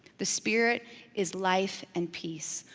the spirit is life and peace.